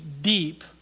deep